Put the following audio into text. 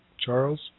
Charles